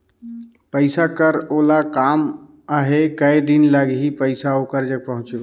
पइसा कर ओला काम आहे कये दिन लगही पइसा ओकर जग पहुंचे बर?